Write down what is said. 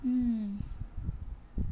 mm